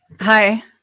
Hi